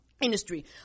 industry